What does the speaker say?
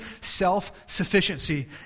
self-sufficiency